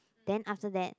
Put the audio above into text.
then after that